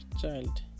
child